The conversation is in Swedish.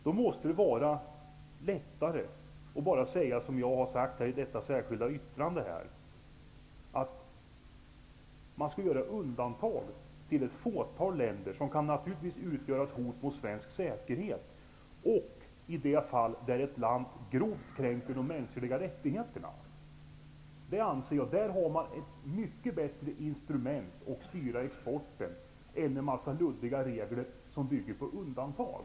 Det måste vara lättare att göra undantag för ett fåtal länder, vilka kan utgöra hot mot svensk säkerhet, och vilka grovt kränker de mänskliga rättigheterna. Det är ett mycket bättre instrument att styra exporten med, än med en massa luddiga regler som bygger på undantag.